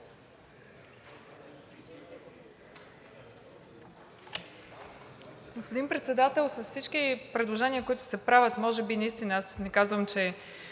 Господин Председател, с всички предложения, които се правят, може би наистина – аз не казвам, че